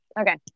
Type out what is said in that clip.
Okay